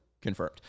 confirmed